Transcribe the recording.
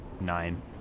Nine